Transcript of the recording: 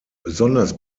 besonders